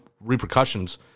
repercussions